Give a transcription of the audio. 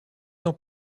ans